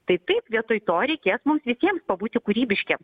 tai taip vietoj to reikės mums visiems pabūti kūrybiškiem